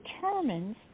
determines